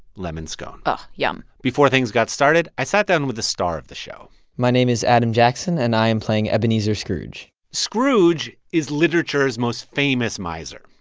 lemon scone but yum before things got started, i sat down with the star of the show my name is adam jackson, and i am playing ebenezer scrooge scrooge is literature's most famous miser.